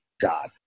God